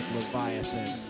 Leviathan